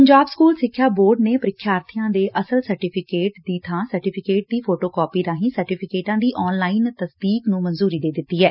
Punjab school ਸਿੱਖਿਆ board ਨੇ ਪ੍ਰੀਖਿਆਰਬੀਆਂ ਦੇ ਅਸਲ ਸਰਟੀਫਿਕੇਟ ਦੀ ਥਾਂ ਸਰਟੀਫਿਕੇਟ ਦੀ ਫੋਟੋ ਕਾਪੀ ਰਾਹੀਂ ਸਰਟੀਫਿਕੇਟਾਂ ਦੀ ਆਨਲਾਈਨ ਤਸਦੀਕ ਨੂੰ ਮਨਜੂਰੀ ਦੇ ਦਿੱਤੀ ਐ